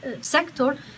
sector